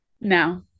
no